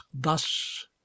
thus